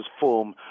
Form